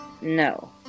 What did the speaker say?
No